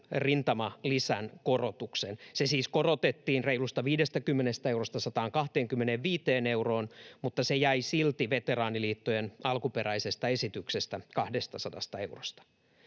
rintamalisän korotuksen. Se siis korotettiin reilusta 50 eurosta 125 euroon, mutta se jäi silti veteraaniliittojen alkuperäisestä esityksestä, 200 eurosta.